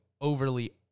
overly